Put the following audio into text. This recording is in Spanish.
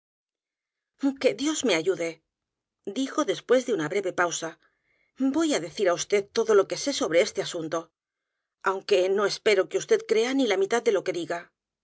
que dios me a y u d e dijo después de una breve pausa voy á decir á vd todo lo que sé sobre este asunto aunque no espero que vd crea en la mitad de lo que diga